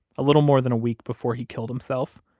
a little more than a week before he killed himself.